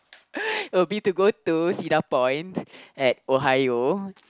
would be to go to Cedar-Point at Ohio